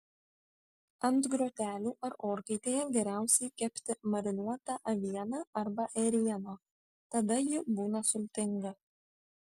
ant grotelių ar orkaitėje geriausiai kepti marinuotą avieną arba ėrieną tada ji būna sultinga